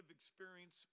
experience